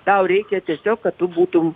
tau reikia tiesiog kad tu būtum